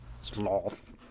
Sloth